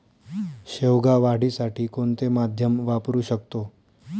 शेवगा वाढीसाठी कोणते माध्यम वापरु शकतो?